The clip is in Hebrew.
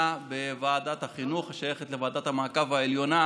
בוועדת החינוך השייכת לוועדת המעקב העליונה,